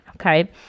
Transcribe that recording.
okay